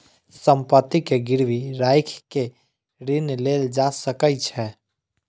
संपत्ति के गिरवी राइख के ऋण लेल जा सकै छै